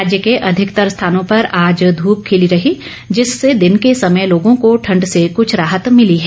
राज्य के अधिकतर स्थानों पर आज धूप खिली रही जिससे दिन के समय लोगों को ठंड से कुछ राहत मिली है